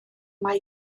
mae